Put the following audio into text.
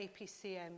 APCM